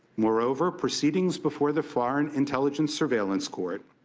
moreover, proceedings before the foreign intelligence surveillance court,